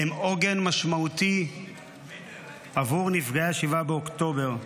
הם עוגן משמעותי עבור נפגעי 7 באוקטובר,